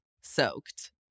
soaked